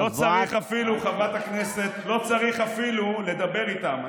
לא צריך אפילו לדבר איתם.